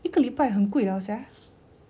一个礼拜很贵 liao sia